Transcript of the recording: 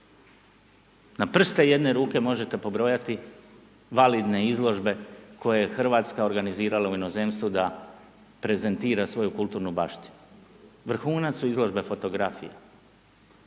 Na prste jedne ruke možete pobrojati validne izložbe koje je Hrvatska organizirala u inozemstvu da prezentira svoju kulturnu baštinu. Vrhunac su izložbe fotografija